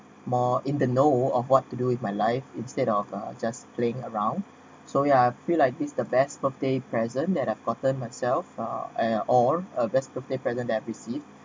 more in the know of what to do with my life instead of just playing around so ya feel like this the best birthday present that I've gotten myself or and or a best birthday present that I've received